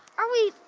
are we?